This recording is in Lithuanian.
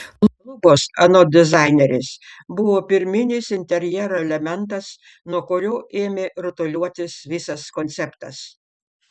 lubos anot dizainerės buvo pirminis interjero elementas nuo kurio ėmė rutuliotis visas konceptas